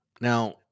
Now